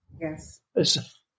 Yes